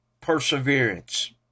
perseverance